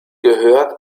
gehört